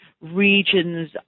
regions